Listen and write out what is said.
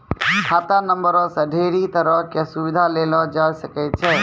खाता नंबरो से ढेरी तरहो के सुविधा लेलो जाय सकै छै